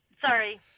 Sorry